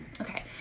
Okay